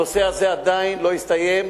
הנושא הזה עדיין לא הסתיים,